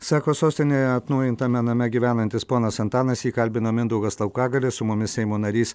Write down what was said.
sako sostinėje atnaujintame name gyvenantis ponas antanas jį kalbino mindaugas laukagalis su mumis seimo narys